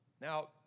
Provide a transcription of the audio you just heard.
Now